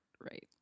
Right